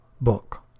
book